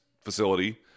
facility